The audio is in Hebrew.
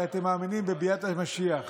הרי אתם מאמינים בביאת המשיח.